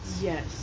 yes